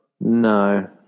no